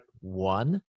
one